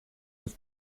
was